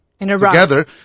Together